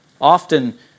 Often